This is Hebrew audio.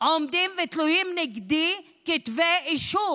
תלויים ועומדים נגדי כתבי אישום,